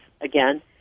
again